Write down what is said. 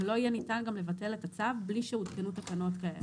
לא יהיה ניתן גם לבטל את הצו בלי שהותקנו תקנות כאלה.